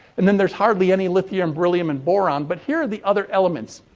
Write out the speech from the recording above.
and then there's hardly any lithium, beryllium and boron, but here are the other elements.